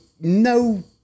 no